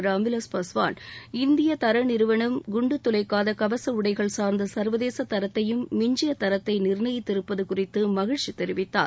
ராம் விவாஸ் பாஸ்வான் இந்திய தர நிறுவனம் குண்டு துளைக்காத கவச உடைகள் சார்ந்த சர்வதேச தரத்தையும் மிஞ்சிய தரத்தை நிர்ணயித்திருப்பது குறித்து மகிழ்ச்சி தெரிவித்தார்